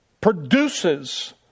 produces